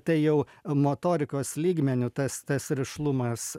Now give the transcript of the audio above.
tai jau motorikos lygmeniu tas tas rišlumas